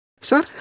sir